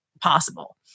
possible